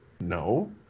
No